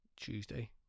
Tuesday